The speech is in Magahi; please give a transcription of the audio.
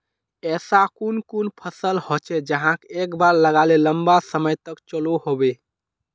ऐसा कुन कुन फसल होचे जहाक एक बार लगाले लंबा समय तक चलो होबे?